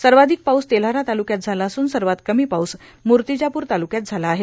सर्वाधिक पाऊस तेल्हारा ताल्क्यात झाला असून सर्वात कमी पाऊस मूर्तिजाप्र ताल्क्यात झाला आहे